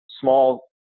small